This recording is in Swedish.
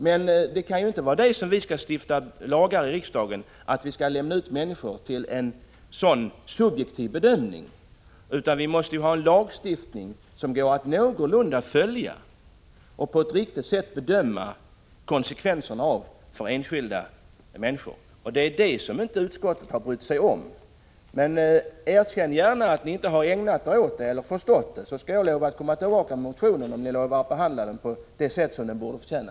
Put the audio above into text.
Men vi bör inte stifta lagar i riksdagen som innebär att vi lämnar ut människor till en sådan subjektiv bedömning. Vi måste ha en lagstiftning som går att någorlunda följa. Konsekvenserna för de enskilda människorna måste på ett riktigt sätt kunna bedömas. Det är det som utskottet inte har brytt sig om. Men erkänn gärna att ni inte ägnat er åt det eller att ni inte förstått det, så skall jag komma tillbaka med motionen om ni lovar att behandla den på det sätt den borde förtjäna.